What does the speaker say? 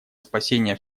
спасения